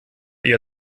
ihr